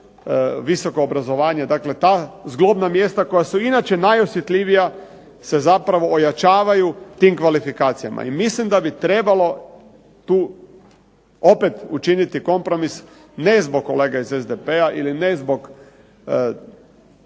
visoko obrazovanje. Dakle, ta zglobna mjesta koja su i inače najosjetljivija se zapravo ojačavaju tim kvalifikacijama. I mislim da bi trebalo tu opet učiniti kompromis ne zbog kolega iz SDP-a ili ne zbog